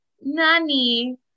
Nani